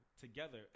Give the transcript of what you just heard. together